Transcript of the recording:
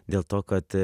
dėl to kad